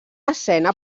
escena